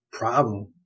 Problem